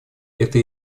эта